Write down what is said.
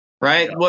Right